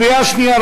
קריאה שנייה,